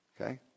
Okay